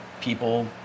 people